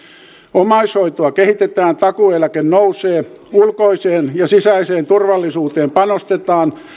omaishoitoa kehitetään takuueläke nousee ulkoiseen ja sisäiseen turvallisuuteen panostetaan